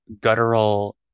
guttural